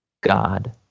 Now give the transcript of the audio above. God